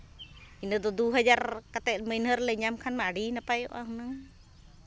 ᱤᱱᱟᱹ ᱫᱚ ᱫᱩ ᱦᱟᱡᱟᱨ ᱠᱟᱛᱮᱫ ᱢᱟᱹᱦᱱᱟᱹ ᱨᱮᱞᱮ ᱧᱟᱢ ᱠᱷᱟᱱ ᱢᱟ ᱟᱹᱰᱤ ᱱᱟᱯᱟᱭᱚᱜᱼᱟ ᱦᱩᱱᱟᱹᱝ